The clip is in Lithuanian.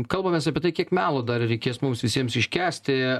kalbamės apie tai kiek melo dar reikės mums visiems iškęsti